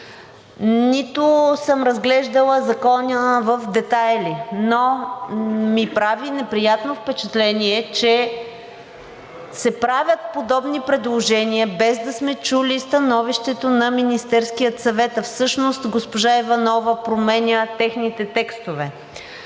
нито съм разглеждала закона в детайли, но ми прави неприятно впечатление, че се правят подобни предложения, без да сме чули становището на Министерския съвет, а всъщност госпожа Иванова променя техните текстове.